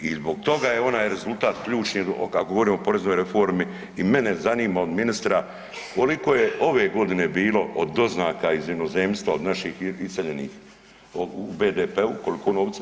I zbog toga je onaj rezultat ključni kada govorimo o poreznoj reformi i meni zanima od ministra koliko je ove godine bilo od doznaka iz inozemstva od naših iseljenih u BDP-u koliko novca.